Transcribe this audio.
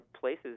places